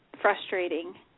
frustrating